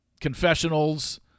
confessionals